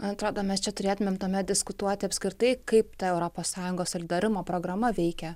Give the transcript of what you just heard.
man atrodo mes čia turėtumėm tuomet diskutuoti apskritai kaip ta europos sąjungos solidarumo programa veikia